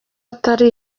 atari